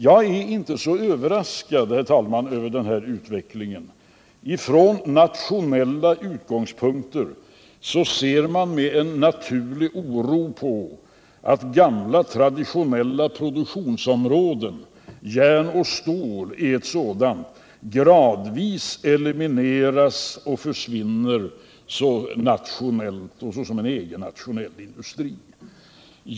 Jag är inte så överraskad, herr talman, av den här utvecklingen. Från nationella utgångspunkter ser man med en naturlig oro på att gamla, traditionella produktionsområden — järn och stål är ett sådant — gradvis elimineras och försvinner såsom en egen, nationell industri.